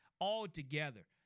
altogether